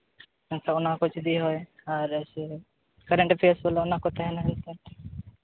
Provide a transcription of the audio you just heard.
ᱮᱱᱠᱷᱟᱱ ᱚᱱᱟ ᱠᱚ ᱡᱩᱫᱤ ᱦᱳᱭ ᱟᱨ ᱥᱮ ᱠᱟᱨᱮᱱᱴ ᱮᱯᱷᱮᱭᱟᱨᱥ ᱥᱟᱞᱟᱜ ᱚᱱᱟᱠᱚ ᱛᱟᱦᱮᱱᱟ ᱢᱮᱱᱠᱷᱟᱱ